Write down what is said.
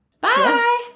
bye